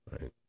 right